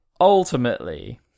Ultimately